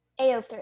AO3